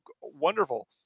wonderful